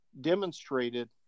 demonstrated